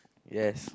yes